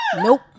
Nope